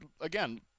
again